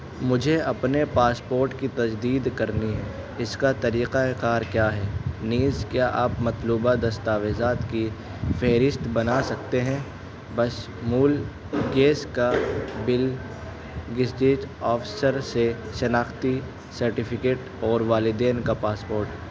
مجھے اپنے پاسپوٹ کی تجدید کرنی ہے اس کا طریقہ کار کیا ہے نیز کیا آپ مطلوبہ دستاویزات کی فہرست بنا سکتے ہیں بشمول گیس کا بل گزٹیڈ آفسر سے شناختی سرٹیفکیٹ اور والدین کا پاسپوٹ